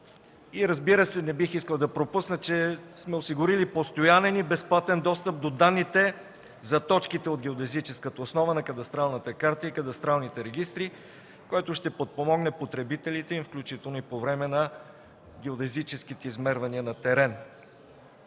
Разбира се, не бих искал да пропусна, че сме осигурили постоянен и безплатен достъп до данните за точките от геодезическата основа на кадастралната карта и кадастралните регистри, което ще подпомогне потребителите им, включително и по време на геодезическите измервания на терен.